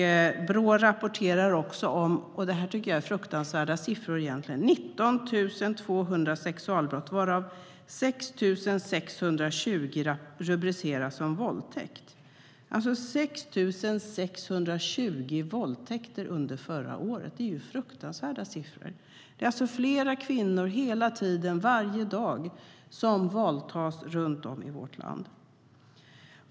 Brå rapporterar också - det är fruktansvärda siffror - om 19 200 sexualbrott, varav 6 620 rubriceras som våldtäkt. Det var alltså 6 620 våldtäkter under förra året. Det är fruktansvärda siffror! Flera kvinnor våldtas varje dag runt om i vårt land.